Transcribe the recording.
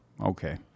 okay